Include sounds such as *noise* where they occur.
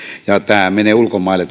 ja tämä raha menee ulkomaille *unintelligible*